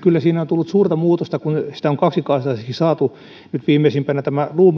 kyllä sinne on tullut suurta muutosta kun sitä on kaksikaistaiseksi saatu nyt viimeisimpänä